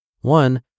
One